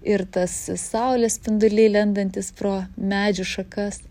ir tas saulės spinduliai lendantys pro medžių šakas